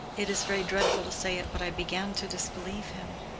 it is very dreadful to say it, but i began to disbelieve him.